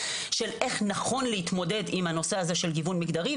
של איך נכון להתמודד עם הנושא הזה של גיוון מגדרי,